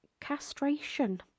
castration